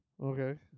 Okay